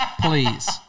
Please